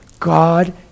God